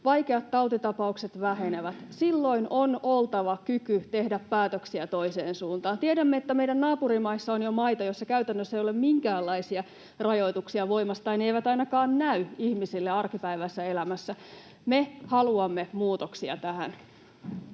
vaikeat tautitapaukset vähenevät. Silloin on oltava kyky tehdä päätöksiä toiseen suuntaan. Tiedämme, että meidän naapurimaissa on jo maita, joissa käytännössä ei ole minkäänlaisia rajoituksia voimassa tai ne eivät ainakaan näy ihmisille arkipäiväisessä elämässä. Me haluamme muutoksia tähän.